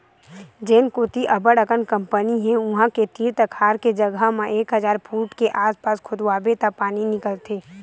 जेन कोती अब्बड़ अकन कंपनी हे उहां के तीर तखार के जघा म एक हजार फूट के आसपास खोदवाबे त पानी निकलथे